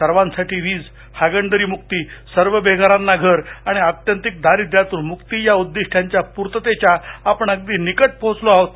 सर्वांसाठी वीज हागणदरीमुक्ती सर्व बेघरांना घर आणि आत्यंतिक दारिद्व्यातून मुक्ती या उद्दिष्ट्यांच्या पूर्वतेच्या आपण अगदी निकट पोहोचलो आहोत